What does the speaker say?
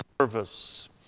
service